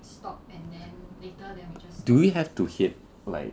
do we have to hit like